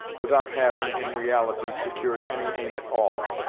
without having, in reality, secured any aim at all.